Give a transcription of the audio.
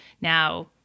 now